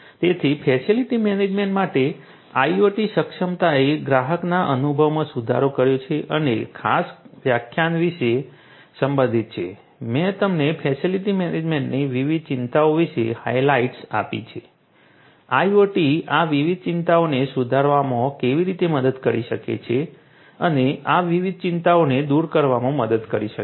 તેથી facility management માટે IoT સક્ષમતાએ ગ્રાહકના અનુભવમાં સુધારો કર્યો છે અને આ ખાસ વ્યાખ્યાન તે વિશે સંબંધિત છે મેં તમને ફેસિલિટી મેનેજમેન્ટની વિવિધ ચિંતાઓ વિશે હાઇલાઇટ્સ આપી છે IoT આ વિવિધ ચિંતાઓને સુધારવામાં કેવી રીતે મદદ કરી શકે છે અને આ વિવિધ ચિંતાઓને દૂર કરવામાં મદદ કરી શકે છે